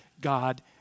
God